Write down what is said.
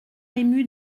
ému